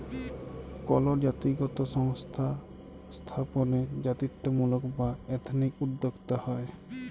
call জাতিগত সংস্থা স্থাপনে জাতিত্বমূলক বা এথনিক উদ্যক্তা হ্যয়